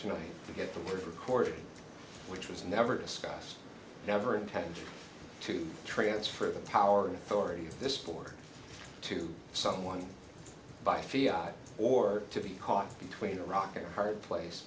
tonight to get the record which was never discussed never intend to transfer of power and authority of this board to someone by fear or to be caught between a rock and a hard place